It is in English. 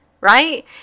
right